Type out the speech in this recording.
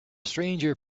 stranger